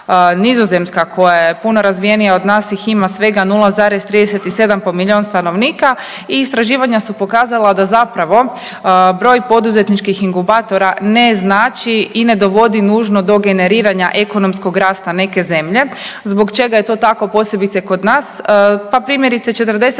koja je puno razvijenija od nas ih ima svega 0,37 po milijun stanovnika i istraživanja su pokazala da zapravo broj poduzetničkih inkubatora ne znači i ne dovodi nužno do generiranja ekonomskog rasta neke zemlje. Zbog čega je to tako posebice kod nas?